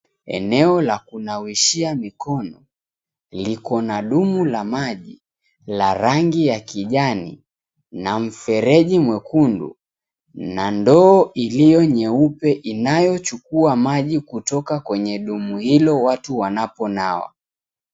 Eneo la kunawishia mkono liko na dumu la maji la rangi ya kijani, na mfereji mwekundu na ndoo iliyo nyeupe inayochukuwa maji kutoka kwenye dumu hilo watu wanaponawa.